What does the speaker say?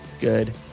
good